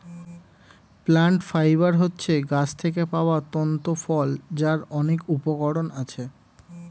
plant fibre হচ্ছে গাছ থেকে পাওয়া তন্তু ফল যার অনেক উপকরণ আছে